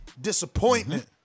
disappointment